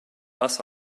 bus